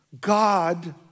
God